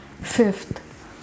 Fifth